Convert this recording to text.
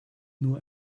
nur